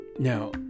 Now